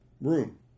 room